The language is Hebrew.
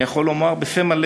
אני יכול לומר בפה מלא